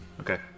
Okay